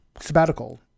sabbatical